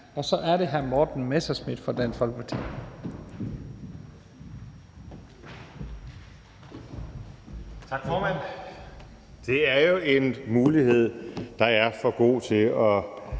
Så er det hr. Morten Messerschmidt fra Dansk Folkeparti.